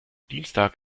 dienstag